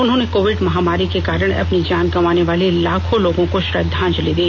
उन्होंने कोविड महामारी के कारण अपनी जान गंवाने वाले लाखों लोगों को श्रद्धांजलि दी